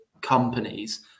companies